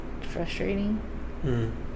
frustrating